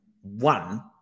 one